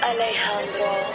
Alejandro